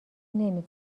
نمی